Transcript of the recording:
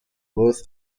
both